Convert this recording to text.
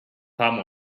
palm